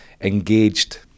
engaged